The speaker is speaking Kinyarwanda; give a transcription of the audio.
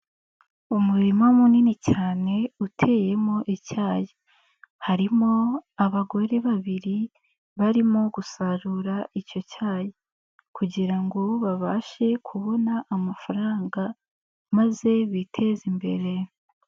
Umurima munini cyane uteyemo icyayi, harimo abagore babiri barimo gusarura icyo cyayi kugira ngo babashe kubona amafaranga maze biteze imbere.